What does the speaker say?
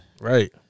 Right